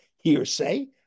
hearsay